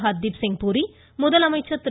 ஹர்தீப்சிங் புரி முதலமைச்சர் திரு